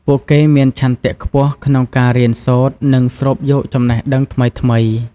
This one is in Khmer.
ពួកគេមានឆន្ទៈខ្ពស់ក្នុងការរៀនសូត្រ និងស្រូបយកចំណេះដឹងថ្មីៗ។